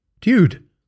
Dude